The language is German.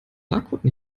barcode